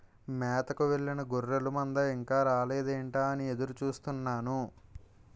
మేతకు వెళ్ళిన గొర్రెల మంద ఇంకా రాలేదేంటా అని ఎదురు చూస్తున్నాను